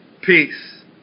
peace